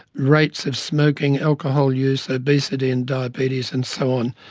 rates of smoking, alcohol use, obesity and diabetes and so on.